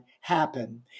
happen